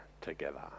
together